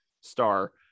star